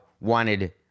wanted